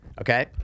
Okay